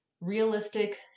realistic